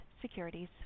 Securities